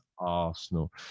arsenal